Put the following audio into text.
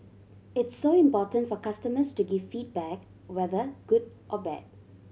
it's so important for customers to give feedback whether good or bad